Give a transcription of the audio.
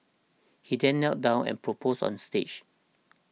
he then knelt down and proposed on stage